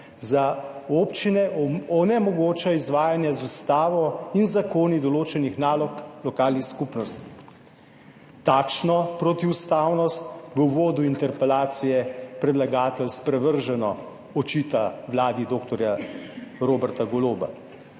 za občine onemogoča izvajanje z ustavo in z zakoni določenih nalog lokalnih skupnosti. Takšno protiustavnost v uvodu interpelacije predlagatelj sprevrženo očita vladi dr. Roberta Goloba.